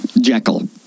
Jekyll